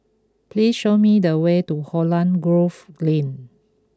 please show me the way to Holland Grove Lane